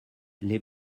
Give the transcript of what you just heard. les